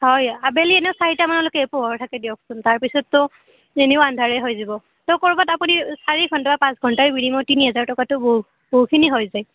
হয় আবেলি এনেও চাৰিটামানলৈকে পোহৰ থাকে দিয়কচোন তাৰপিছতটো এনেও আন্ধাৰেই হৈ যাব তৌ ক'ৰবাত আপুনি চাৰি ঘণ্টা পাঁচ ঘণ্টাৰ বিনিময়ত তিনি হাজাৰ টকাতো বহু বহুখিনি হৈ যায়